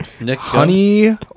Honey